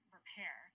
repair